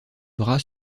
bras